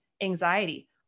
anxiety